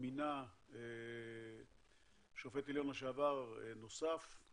הוא מינה שופט עליון לשעבר חדש